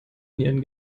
nieren